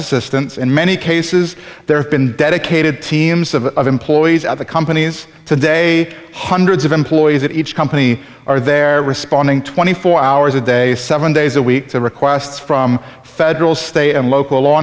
systems in many cases there have been dedicated teams of employees at the companies today hundreds of employees at each company are there responding twenty four hours a day seven days a week to requests from federal state and local law